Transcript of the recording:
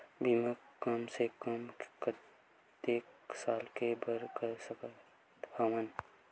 बीमा कम से कम कतेक साल के बर कर सकत हव?